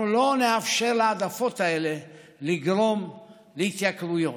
אנחנו לא נאפשר להעדפות האלה לגרום להתייקרויות.